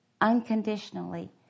unconditionally